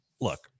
Look